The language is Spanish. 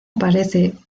aparece